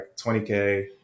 20K